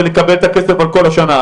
ולקבל את הכסף על כל השנה.